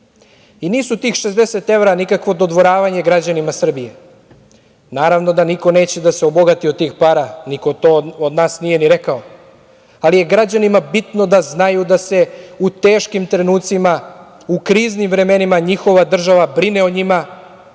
tih 60 evra nikakvo dodvoravanje građanima Srbije. Naravno da niko neće da se obogati od tih para, niko to od nas nije ni rekao, ali je građanima bitno da znaju da se u teškim trenucima, u kriznim vremenima, njihova država brine o njima